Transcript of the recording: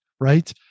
right